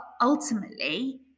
ultimately